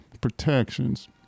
protections